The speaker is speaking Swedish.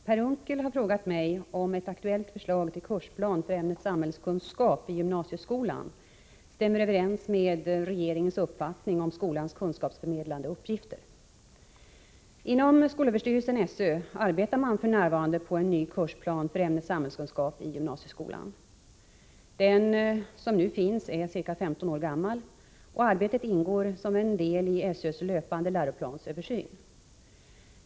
Herr talman! Per Unckel har frågat mig om ett aktuellt förslag till kursplan för ämnet samhällskunskap i gymnasieskolan stämmer överens med regeringens uppfattning om skolans kunskapsförmedlande uppgifter. Inom skolöverstyrelsen arbetar man f. n. på en ny kursplan för ämnet samhällskunskap i gymnasieskolan. Den som nu finns är ca 15 år gammal, och arbetet ingår som en del av SÖ:s löpande läroplansöversyn.